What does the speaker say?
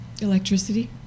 electricity